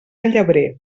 llebrer